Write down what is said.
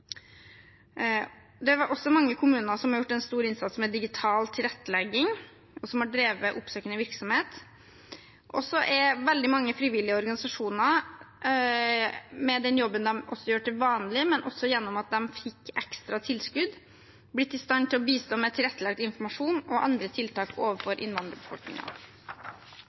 Det er også mange kommuner som har gjort en stor innsats med digital tilrettelegging, og som har drevet oppsøkende virksomhet. Veldig mange frivillige organisasjoner har også – med den jobben de gjør til vanlig, men også gjennom at de fikk ekstra tilskudd – blitt i stand til å bistå med tilrettelagt informasjon og andre tiltak overfor